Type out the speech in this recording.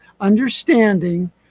understanding